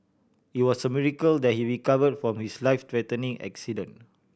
it was a miracle that he recovered from his life threatening accident